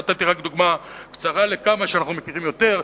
ונתתי רק דוגמה קצרה לכמה שאנחנו מכירים יותר,